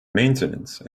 maintenance